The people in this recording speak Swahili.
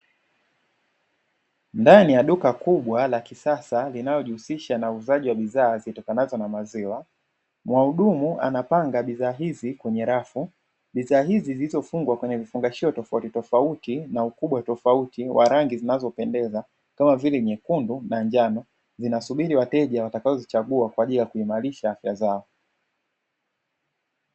Ndani ya duka kubwa la kisasa linalojihusisha na uuzaji wa bidhaa zitokanazo na maziwa, muhudumu anapanga bidhaa hizi kwenye rafu, bidhaa hizi zilizofungwa kwenye vifungashio tofautitofauti na ukubwa tofauti wa rangi zinazopendeza, kama vile nyekundu na njano zinasubiri wateja watakaozichagua kwa ajili ya kuimarisha afya zao.